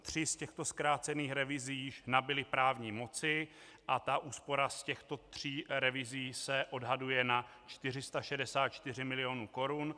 Tři z těchto zkrácených revizí již nabyly právní moci a úspora z těchto tří revizí se odhaduje na 464 miliony korun.